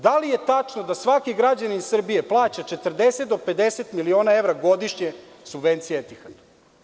Da li je tačno da svaki građanin Srbije plaća 40 do 50 miliona evra godišnje subvencije „Etihada“